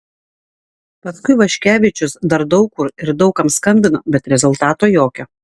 paskui vaškevičius dar daug kur ir daug kam skambino bet rezultato jokio